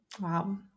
Wow